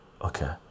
okay